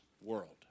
world